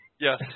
Yes